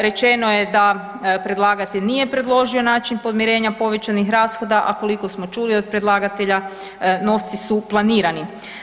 Rečeno je da predlagatelj nije predložio način podmirenja povećanih rashoda, a koliko smo čuli od predlagatelja novci su planirani.